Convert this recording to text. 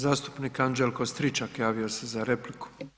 Zastupnik Anđelko Stričak javio se za repliku.